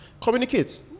communicate